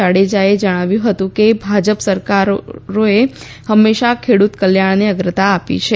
જાડેજાએ જણાવ્યું હતું કે ભાજપ સરકારોએ હંમેશા ખેડૂત કલ્યાણને અગ્રતા આપી છે